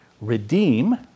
redeem